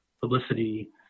publicity